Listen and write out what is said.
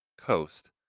coast